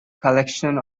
collection